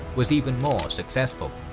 was even more successful.